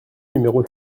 numéro